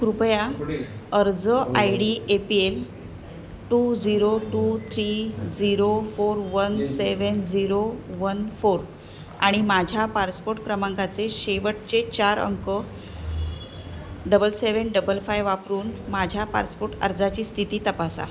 कृपया अर्ज I D A P L two zero two three zero four one seven zero one four आणि माझ्या passport क्रमांकाचे शेवटचे चार अंक डबल सेव्हन डबल फाय वापरून माझ्या पासपोर्ट अर्जाची स्थिती तपासा